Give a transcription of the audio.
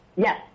Yes